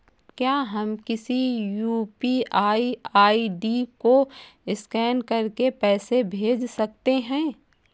क्या हम किसी यू.पी.आई आई.डी को स्कैन करके पैसे भेज सकते हैं?